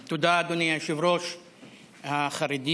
תודה, אדוני היושב-ראש החרדי.